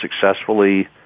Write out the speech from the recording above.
successfully